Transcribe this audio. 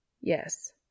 Yes